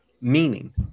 Meaning